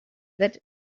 that